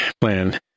plan